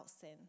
sin